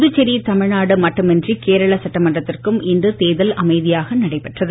புதுச்சேரி தமிழ்நாடு மட்டுமின்றி கேரள சட்டமன்றத்திற்கும் இன்று தேர்தல் அமைதியாக நடைபெற்றது